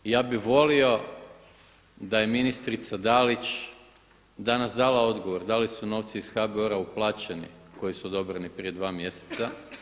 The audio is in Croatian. I ja bih volio da je ministrica Dalić danas dala odgovor da li su novci iz HBOR-a uplaćeni koji su odobreni prije 2 mjeseca.